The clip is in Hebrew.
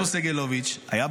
אתה כלומניק.